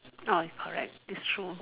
its not I'm correct its true